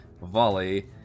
volley